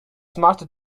smarter